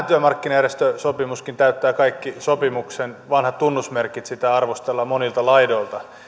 työmarkkinajärjestösopimushan täyttää kaikki sopimuksen vanhat tunnusmerkit sitä arvostellaan monilta laidoilta